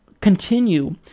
continue